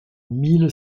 mille